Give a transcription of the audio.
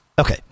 Okay